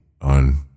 on